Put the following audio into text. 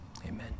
amen